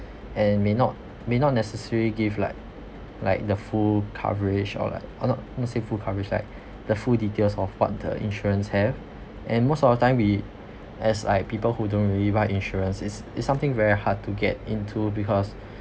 and may not may not necessary give like like the full coverage or like or not not say full coverage like the full details of what the insurance have and most of the time we as like people who don't really buy insurance is is something very hard to get into because